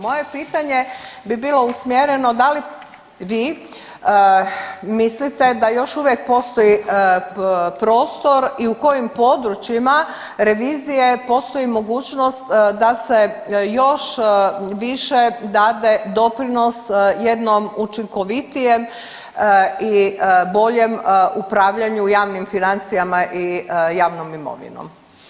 Moje pitanje bi bilo usmjereno da li vi mislite da još uvijek postoji prostor i u kojim područjima revizije postoji mogućnost da se još više dade doprinos jednom učinkovitijem i boljem upravljanju javnim financijama i javnom imovinom?